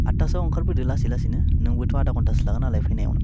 आतथासोआव ओंखारबोदो लासै लासैनो नोंबोथ' आदा घन्टासो लागोन नालाय फैनायावनो